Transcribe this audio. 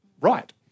right